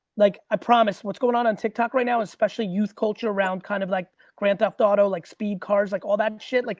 like i promise, what's going on on tik tok right now, especially youth culture around kind of like, grand theft auto, like speed cars, like all that shit. like